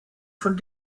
von